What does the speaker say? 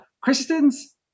Christians